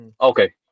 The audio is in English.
Okay